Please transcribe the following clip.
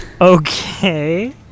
okay